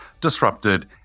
disrupted